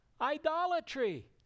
idolatry